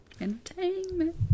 Entertainment